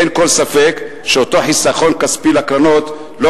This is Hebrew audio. אין כל ספק שאותו חיסכון כספי לקרנות לא